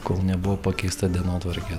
kol nebuvo pakeista dienotvarkė